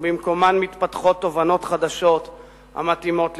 ובמקומן מתפתחות תובנות חדשות המתאימות לתקופתן.